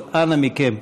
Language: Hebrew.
אז אנא מכם.